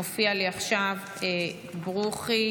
מופיע לי עכשיו ברוכי,